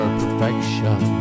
perfection